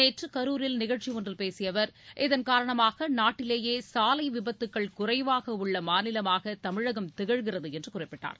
நேற்று கரூரில் நிகழ்ச்சியொன்றில் பேசிய அவர் இதன் காரணமாக நாட்டிவேயே சாலை விபத்துக்கள் குறைவாக உள்ள மாநிலமாக தமிழகம் திகழ்கிறது என்று குறிப்பிட்டார்